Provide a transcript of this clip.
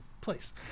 place